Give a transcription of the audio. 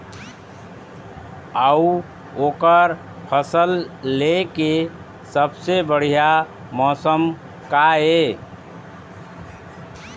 अऊ ओकर फसल लेय के सबसे बढ़िया मौसम का ये?